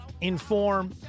inform